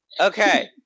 Okay